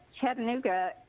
Chattanooga